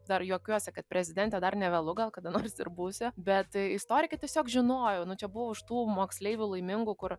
dar juokiuosi kad prezidente dar nevėlu gal kada nors ir būsiu bet tai istorike tiesiog žinojau nu čia buvau iš tų moksleivių laimingų kur